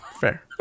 fair